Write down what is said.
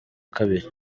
kabiri